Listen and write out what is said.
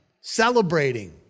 celebrating